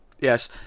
Yes